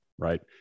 right